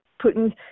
Putin